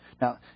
Now